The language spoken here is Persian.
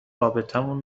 رابطمون